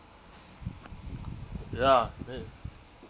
ya me